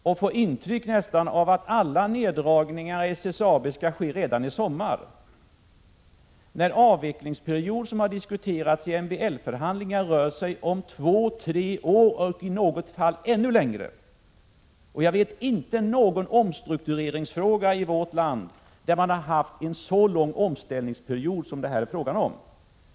Man får nästan intrycket att alla neddragningar i SSAB skall ske redan i sommar, när den avvecklingsperiod som diskuterats i MBL-förhandlingar rör sig om två till tre år och i några fall ännu längre. Jag känner inte till någon omstruktureringsfråga i vårt land där man har haft en så lång omställningsperiod som det här är fråga om.